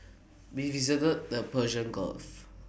we visited the Persian gulf